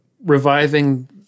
Reviving